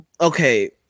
okay